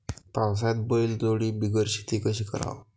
पावसाळ्यात बैलजोडी बिगर शेती कशी कराव?